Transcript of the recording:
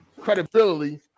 credibility